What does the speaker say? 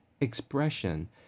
expression